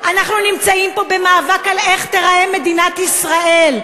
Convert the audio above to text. אנחנו נמצאים פה במאבק על איך תיראה מדינת ישראל.